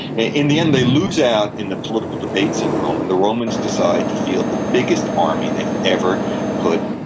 in the end, they lose out in the political debates in rome, and the romans decide to field the biggest army they've ever put